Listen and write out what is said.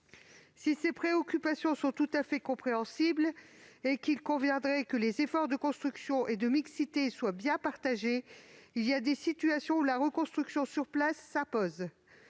Si ces préoccupations sont tout à fait compréhensibles et qu'il convient que les efforts de construction et de mixité soient bien partagés, il existe des situations où la reconstruction sur place s'impose,